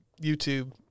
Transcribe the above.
YouTube